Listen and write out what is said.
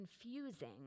confusing